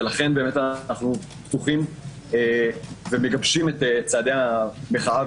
ולכן אנחנו פתוחים ומגבשים את צעדי המחאה